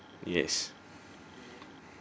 yes